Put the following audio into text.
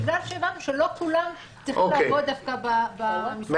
בגלל שהבנו שלא כולם צריכים לבוא דווקא --- אוקיי.